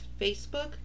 Facebook